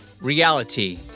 Reality